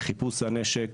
בחיפוש הנשק